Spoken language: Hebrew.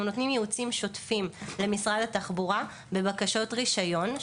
אנחנו נותנים ייעוצים שוטפים למשרד התחבורה בבקשות לרישיון.